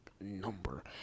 number